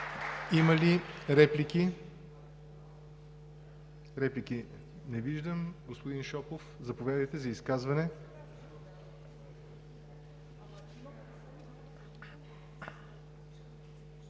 Има ли реплики? Не виждам. Господин Шопов, заповядайте за изказване.